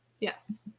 yes